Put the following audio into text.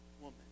woman